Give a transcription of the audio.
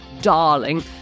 darling